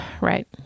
right